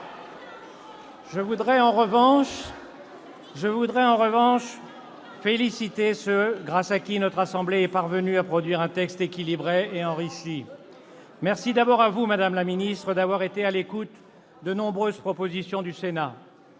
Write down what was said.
Je voudrais en revanche féliciter ceux grâce auxquels notre assemblée est parvenue à produire un texte équilibré et enrichi. Merci à Mme la ministre d'avoir été à l'écoute de nombreuses propositions du Sénat.